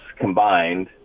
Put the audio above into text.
combined